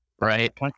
right